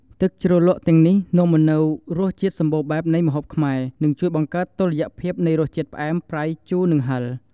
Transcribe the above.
ទឹកជ្រលក់ទាំងនេះនាំមកនូវរសជាតិសម្បូរបែបនៃម្ហូបខ្មែរ និងជួយបង្កើតតុល្យភាពនៃរសជាតិផ្អែម ប្រៃ ជូរ និងហិល។